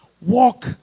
walk